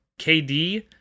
KD